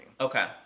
Okay